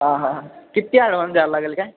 हां हां हां किती ॲडव्हान्स द्यायला लागंल काय